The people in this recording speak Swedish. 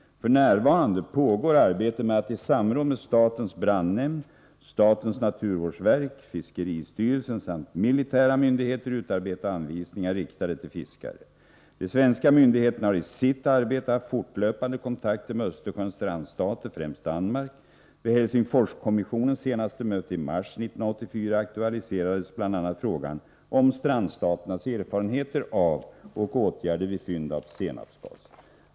F.n. pågår arbete med att i samråd med statens brandnämnd, statens naturvårdsverk, fiskeristyrelsen samt militära myndigheter utarbeta anvisningar riktade till fiskare. De svenska myndigheterna har i sitt arbete haft fortlöpande kontakter med Östersjöns strandstater, främst Danmark. Vid Helsingfors-kommissionens senaste möte i mars 1984 aktualiserades bl.a. frågan om strandstaternas erfarenheter av och åtgärder vid fynd av senapsgas.